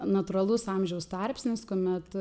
natūralus amžiaus tarpsnis kuomet